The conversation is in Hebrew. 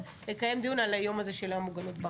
לקיים דיון על היום הזה של המוגנות ברשת.